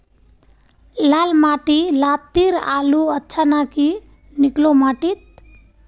लाल माटी लात्तिर आलूर अच्छा ना की निकलो माटी त?